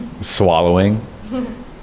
swallowing